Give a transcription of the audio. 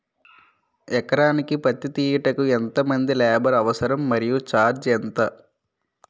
ఎకరానికి పత్తి తీయుటకు ఎంత మంది లేబర్ అవసరం? మరియు ఛార్జ్ ఎంత?